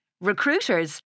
Recruiters